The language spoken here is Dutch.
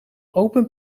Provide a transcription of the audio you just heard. open